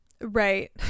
right